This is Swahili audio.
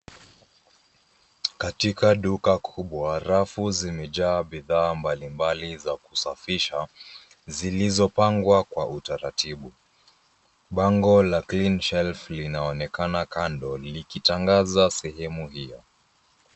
Katika duka kubwa rafu zimejaa bidhaa mbalimbali za kusafisha zilizopangwa kwa utaratibu. Bango la CLEANSHELF linaonekana kando likitangaza sehemu hiyo.